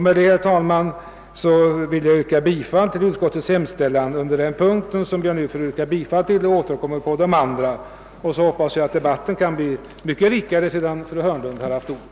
Med detta, herr talman, vill jag yrka bifall till utskottets hemställan under denna punkt. Jag återkommer beträffande de andra punkterna. Och så hoppas jag att debatten kan bli mycket rikare sedan fru Hörnlund haft ordet.